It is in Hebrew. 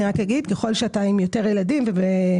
אני רק אגיד שככל שיש לך יותר ילדים ובטח